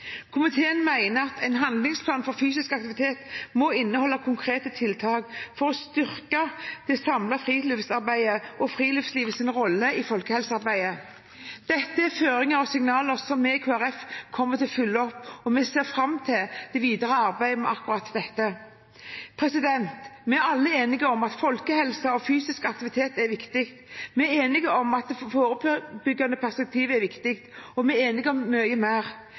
Komiteen mener at en handlingsplan for fysisk aktivitet må inneholde konkrete tiltak for å styrke det samlede friluftsarbeidet og friluftslivets rolle i folkehelsearbeidet. Dette er føringer og signaler som vi i Kristelig Folkeparti kommer til å følge opp, og vi ser fram til det videre arbeidet med akkurat dette. Vi er alle enige om at folkehelse og fysisk aktivitet er viktig. Vi er enige om at det forebyggende perspektivet er viktig, og vi er enige om mye mer.